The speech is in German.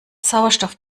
sauerstoff